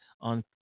on